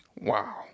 Wow